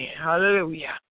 Hallelujah